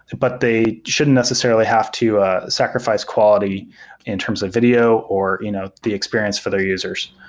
but they should necessarily have to ah sacrifice quality in terms of video or you know the experience for their users.